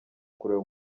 kureba